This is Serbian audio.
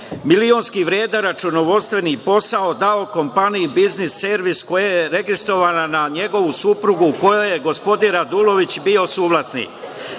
milionski vredan računovodstveni posao da kompaniji „Biznis servis“ koja je registrovana na njegovu suprugu, u kojoj je gospodin Radulović bio suvlasnik.